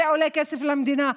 זה עולה כסף למדינה,